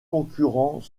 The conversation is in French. concurrents